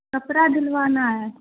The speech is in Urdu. کپڑا دھلوانا ہے